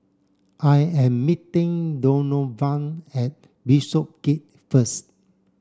I am meeting Donovan at Bishopsgate first